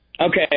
Okay